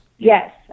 yes